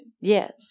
Yes